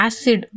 Acid